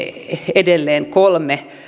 edelleen kolme